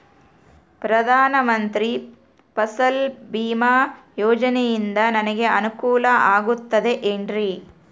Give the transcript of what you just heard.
ಪ್ರಧಾನ ಮಂತ್ರಿ ಫಸಲ್ ಭೇಮಾ ಯೋಜನೆಯಿಂದ ನನಗೆ ಅನುಕೂಲ ಆಗುತ್ತದೆ ಎನ್ರಿ?